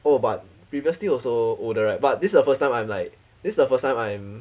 oh but previously also older right but this is the first time I'm like this the first time I'm